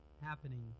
happening